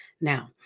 Now